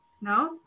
No